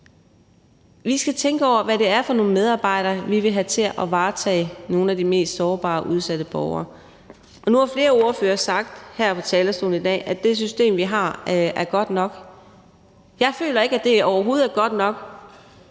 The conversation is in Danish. Vi skal tænke over, hvad det er for nogle medarbejdere, vi vil have til at varetage det for nogle af de mest sårbare og udsatte borgere, og nu har flere ordførere her fra talerstolen i dag sagt, at det system, vi har, er godt nok. Men jeg føler overhovedet ikke, at det er godt nok,